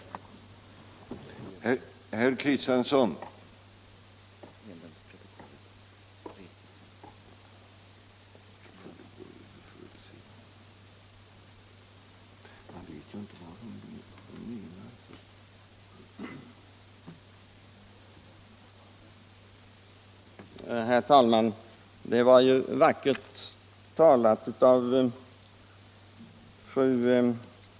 Reglering av priserna på jordbruksproduk